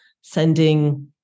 sending